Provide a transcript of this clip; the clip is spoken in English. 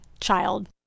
child